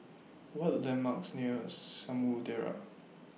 What Are The landmarks near Samudera